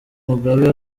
mugabe